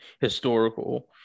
historical